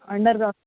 underground